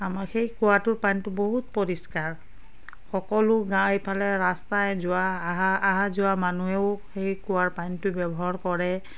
আমাৰ সেই কুঁৱাটোৰ পানীটো বহুত পৰিষ্কাৰ সকলো যায় ইফালে ৰাস্তাই যোৱা আহা আহা যোৱা মানুহেও সেই কুঁৱাৰ পানীটো ব্যৱহাৰ কৰে